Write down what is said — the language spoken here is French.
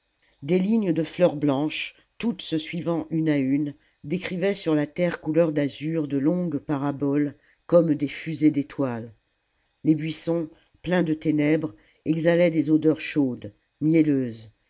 des lignes de fleurs blanches toutes se suivant une à une décrivaient sur la terre couleur d'azur de longues paraboles comme des fusées d'étoiles les buissons pleins de ténèbres exhalaient des odeurs chaudes mielleuses